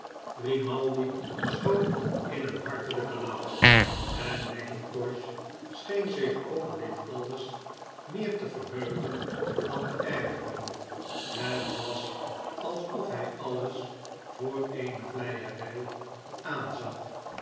grimaldi schoot in een hartelijken lach en mackintosh scheen zich over dit alles meer te verheugen dan te ergeren het was alsof hij alles voor eene vleierij aanzag